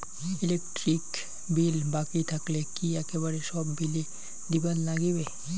Electric bill বাকি থাকিলে কি একেবারে সব বিলে দিবার নাগিবে?